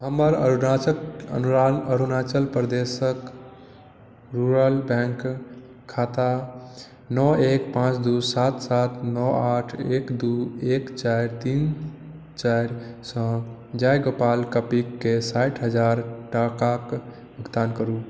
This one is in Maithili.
हमर अरुणाचल अरुणान अरुणाचल प्रदेशक रूरल बैंक खाता नओ एक पाँच दू सात सात नओ आठ एक दू एक चारि तीन चारि सँ जयगोपाल कपड़ीके साठि हजार टाकाक भुगतान करू